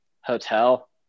hotel